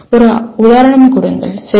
ஒரு உதாரணம் கொடுங்கள் சரியா